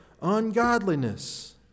ungodliness